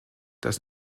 dass